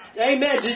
Amen